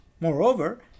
Moreover